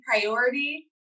priority